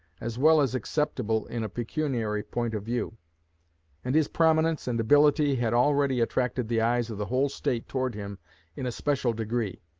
as well as acceptable in a pecuniary point of view and his prominence and ability had already attracted the eyes of the whole state toward him in a special degree.